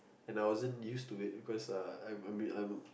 and I wasn't used to it because uh I'm I mean I'm a